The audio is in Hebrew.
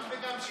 גם וגם.